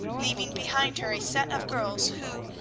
leaving behind her a set of girls who,